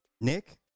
Nick